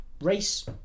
race